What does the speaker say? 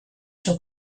suo